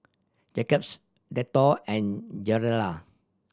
Jacob's Dettol and Gilera